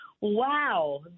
Wow